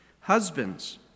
Husbands